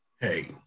hey